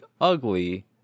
ugly